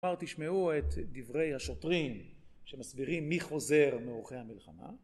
אמר תשמעו את דברי השוטרים שמסבירים מי חוזר מאורחי המלחמה